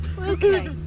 Okay